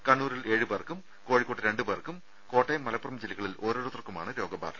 കണ്ണൂരിൽ ഏഴുപേർക്കും കോഴിക്കോട്ട് രണ്ടുപേർക്കും കോട്ടയം മലപ്പുറം ജില്ലകളിൽ ഓരോരുത്തർക്കുമാണ് രോഗബാധ